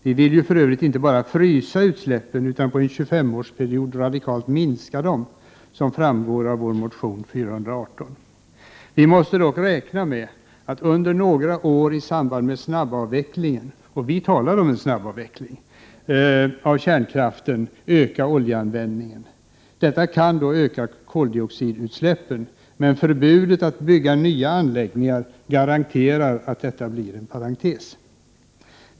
Vi vill ju för övrigt inte bara frysa utsläppen utan på en 25-årsperiod radikalt minska dem, som framgår av vår energimotion N418. Vi måste dock räkna med att under några år i samband med snabbavvecklingen — och vi talar om en snabbavveckling — av kärnkraften öka oljeanvändningen. Detta kan då öka koldioxidutsläppen, men förbudet mot att bygga nya anläggningar garanterar att detta blir en parentes.